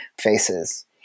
faces